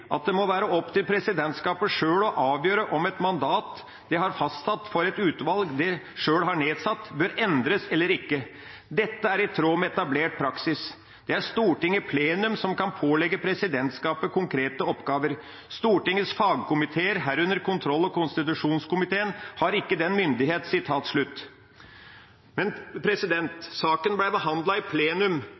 at det må være opp til presidentskapet selv å avgjøre om et mandat det har fastsatt for et utvalg det selv har nedsatt, bør endres eller ikke. Dette er i tråd med etablert praksis. Det er Stortinget i plenum som kan pålegge presidentskapet konkrete oppgaver. Stortingets fagkomiteer, herunder kontroll- og konstitusjonskomiteen, har ikke den myndigheten.» Saken ble behandlet i plenum,